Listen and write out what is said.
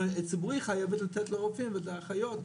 אבל הציבורי חייבת לתת לו רופאים ואת האחיות,